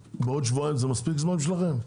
שבועיים זה מספיק זמן בשבילכם?